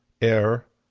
air,